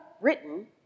written